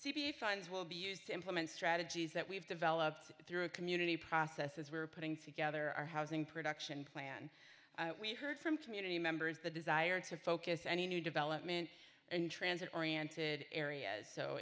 p funds will be used to implement strategies that we've developed through a community process as we're putting together our housing production plan we've heard from community members the desire to focus any new development in transit oriented areas so